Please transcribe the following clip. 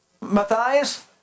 Matthias